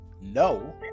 no